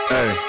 Hey